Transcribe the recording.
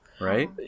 right